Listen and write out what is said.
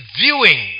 viewing